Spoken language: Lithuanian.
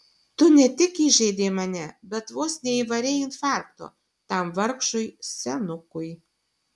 tu ne tik įžeidei mane bet vos neįvarei infarkto tam vargšui senukui